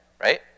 right